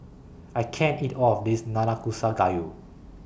I can't eat All of This Nanakusa Gayu